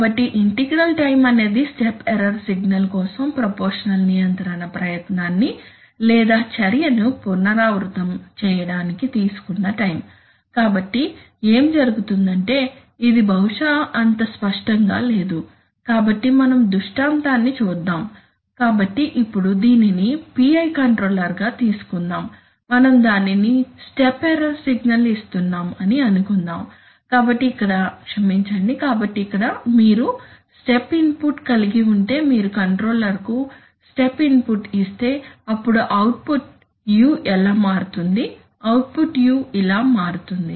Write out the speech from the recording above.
కాబట్టి integral time అనేది step error signal కోసం ప్రపోర్షషనల్ నియంత్రణ ప్రయత్నాన్ని లేదా చర్యను పునరావృతం చేయడానికి తీసుకున్న టైం కాబట్టి ఏమి జరుగుతుందంటే ఇది బహుశా అంత స్పష్టంగా లేదు కాబట్టి మనం దృష్టాంతాన్ని చూద్దాం కాబట్టి ఇప్పుడు దీనిని PI కంట్రోలర్ గా తీసుకుందాం మనం దానికి స్టెప్ ఎర్రర్ సిగ్నల్ ఇస్తున్నాం అని అనుకుందాం కాబట్టి ఇక్కడ క్షమించండి కాబట్టి ఇక్కడ మీరు స్టెప్ ఇన్పుట్ కలిగి ఉంటే మీరు కంట్రోలర్ కు స్టెప్ ఇన్పుట్ ఇస్తే అప్పుడు అవుట్పుట్ u ఎలా మారుతుంది అవుట్పుట్ u ఇలా మారుతుంది